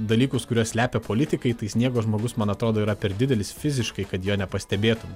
dalykus kuriuos slepia politikai tai sniego žmogus man atrodo yra per didelis fiziškai kad jo nepastebėtum